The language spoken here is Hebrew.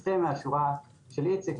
יש אפשרות גם להתייחס לעבירה פלילית וגם לעיצום,